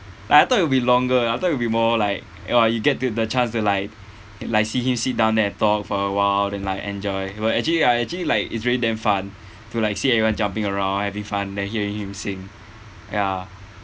but I thought it will be longer I thought it will be more like or you get to the chance to like like see him sit down there and talk for awhile then like enjoy but actually I actually like it's really damn fun to like see everyone jumping around having fun then hear him sing ya